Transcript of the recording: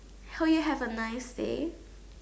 hope you have a nice day